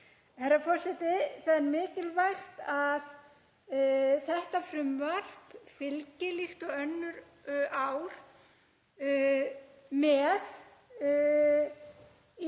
Það er mikilvægt að þetta frumvarp fylgi líkt og önnur ár með